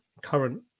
current